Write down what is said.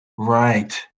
Right